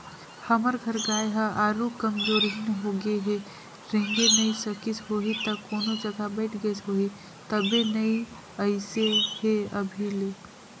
हमर घर गाय ह आरुग कमजोरहिन होगें हे रेंगे नइ सकिस होहि त कोनो जघा बइठ गईस होही तबे नइ अइसे हे अभी ले